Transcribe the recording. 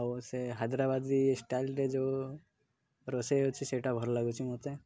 ଆଉ ସେ ହାଇଦ୍ରାବାଦୀ ଷ୍ଟାଇଲରେ ଯେଉଁ ରୋଷେଇ ହେଉଛି ସେଇଟା ଭଲ ଲାଗୁଛି ମୋତେ